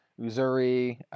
Uzuri